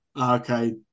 okay